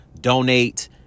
donate